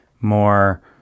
more